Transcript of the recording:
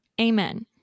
Amen